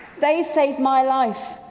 they saved my life.